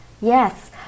Yes